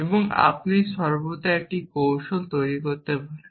এবং আপনি সর্বদা একটি কৌশল তৈরি করতে পারেন